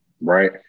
right